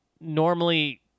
normally